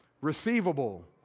receivable